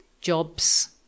jobs